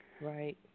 Right